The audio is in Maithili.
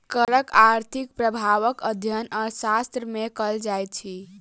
करक आर्थिक प्रभावक अध्ययन अर्थशास्त्र मे कयल जाइत अछि